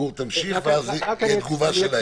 גור, תמשיך, ואז תגובה שלהם.